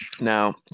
now